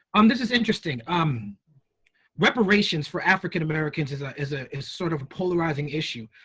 um this is interesting. um reparations for african-americans is ah is a sort of polarizing issue.